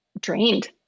drained